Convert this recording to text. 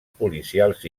policials